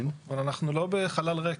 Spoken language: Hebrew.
אבל אנחנו לא בחלל ריק.